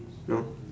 oh